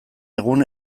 egun